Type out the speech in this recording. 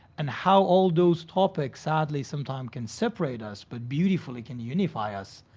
and how all those topics, sadly sometimes, can separate us but beautifully can unify us,